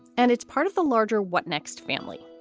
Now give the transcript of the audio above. and it's part of the larger what next family.